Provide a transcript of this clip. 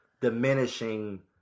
diminishing